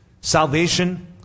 salvation